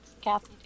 Kathy